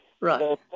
Right